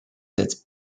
its